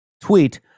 tweet